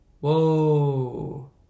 Whoa